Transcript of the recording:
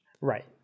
Right